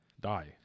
die